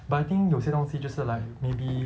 but I think 有些东西就是 like maybe